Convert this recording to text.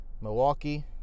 Milwaukee